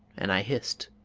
and i hissed